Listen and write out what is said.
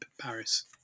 Paris